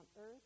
earth